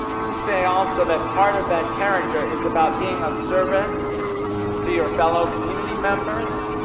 let me say also, that part of that character is about being of service to your fellow community members,